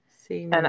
See